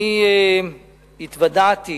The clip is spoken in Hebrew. אני התוודעתי